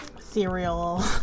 cereal